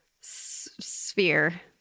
sphere